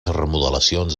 remodelacions